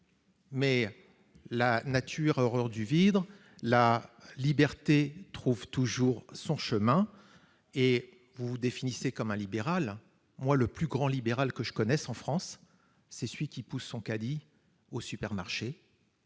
Mais la nature a horreur du vide, et la liberté trouve toujours son chemin ... Vous vous définissez comme un libéral : le plus grand libéral que je connaisse en France, c'est le consommateur qui pousse son caddie au supermarché.